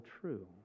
true